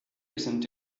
recent